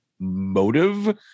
Motive